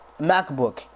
MacBook